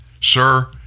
sir